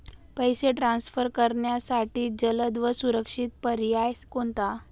पैसे ट्रान्सफर करण्यासाठी जलद व सुरक्षित पर्याय कोणता?